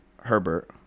Herbert